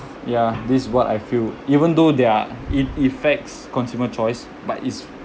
ya this is what I feel even though there are it effects consumer choice but it's